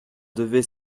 devait